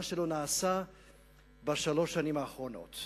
דבר שלא נעשה בשלוש השנים האחרונות.